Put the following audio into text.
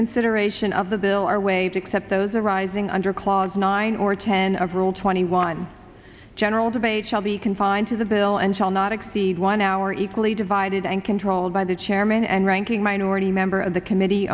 consideration of the bill are waived except those arising under clause nine or ten of rule twenty one general debate shall be confined to the bill and shall not exceed one hour equally divided and controlled by the chairman and ranking minority member of the committee